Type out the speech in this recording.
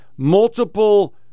multiple